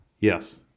Yes